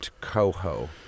coho